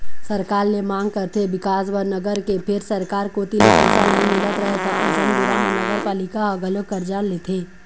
सरकार ले मांग करथे बिकास बर नगर के फेर सरकार कोती ले पइसा नइ मिलत रहय त अइसन बेरा म नगरपालिका ह घलोक करजा लेथे